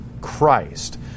Christ